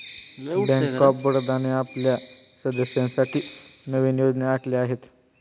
bank of बडोदाने आपल्या सदस्यांसाठी नवीन योजना आखल्या आहेत